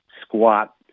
squat